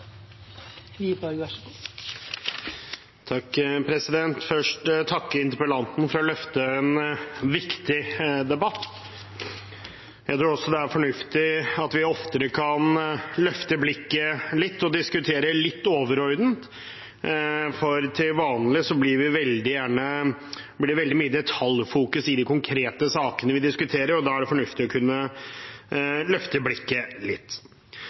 takke interpellanten for å løfte en viktig debatt. Jeg tror også det er fornuftig at vi oftere kan løfte blikket litt og diskutere litt overordnet, for til vanlig blir det veldig mye detaljfokus i de konkrete sakene vi diskuterer. Da er det fornuftig å kunne løfte blikket litt.